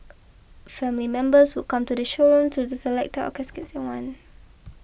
family members would come to the showroom to the select caskets they want